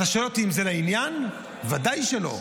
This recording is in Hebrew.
אתה שואל אותי אם זה לעניין, ודאי שלא.